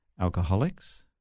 alcoholics